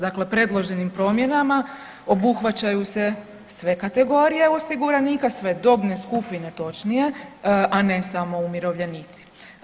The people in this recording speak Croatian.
Dakle, predloženim promjenama obuhvaćaju se sve kategorije osiguranika, sve dobne skupine, točnije, a ne samo umirovljenici.